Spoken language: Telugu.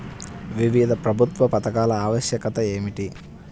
వివిధ ప్రభుత్వా పథకాల ఆవశ్యకత ఏమిటి?